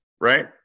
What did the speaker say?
right